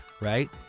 right